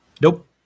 Nope